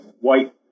white